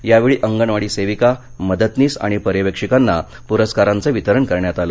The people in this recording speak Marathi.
यावेळी अंगणवाडी सेविका मदतनीस आणि पर्यवेक्षिकांना प्रस्कराचं वितरण करण्यात आलं